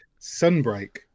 Sunbreak